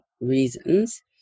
reasons